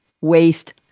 waste